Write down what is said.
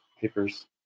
papers